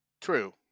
True